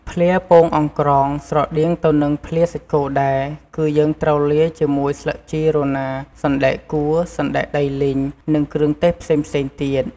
ភ្លាពងអង្រ្កងស្រដៀងទៅនឹងភ្លាសាច់គោដែរ គឺយើងត្រូវលាយជាមួយស្លឹកជីរណា សណ្ដែកកួរ សណ្ដែកដីលីង និងគ្រឿងទេសផ្សេងៗទៀត។